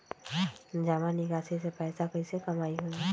जमा निकासी से पैसा कईसे कमाई होई?